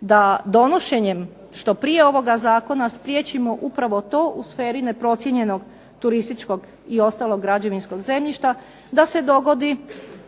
da donošenjem što prije ovoga zakona spriječimo upravo to u sferi neprocijenjenog turističkog i ostalog građevinskog zemljišta, da se dogodi